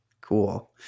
Cool